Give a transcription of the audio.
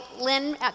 Lynn